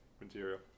material